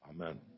Amen